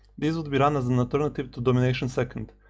these would be run as an alternative to domination second